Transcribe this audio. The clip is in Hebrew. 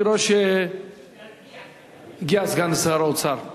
אני רואה שהגיע סגן שר האוצר.